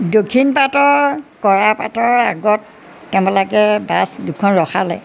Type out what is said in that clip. দক্ষিণ পাটৰ কৰা পাটৰ আগত তেওঁবিলাকে বাছ দুখন ৰখালে